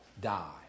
die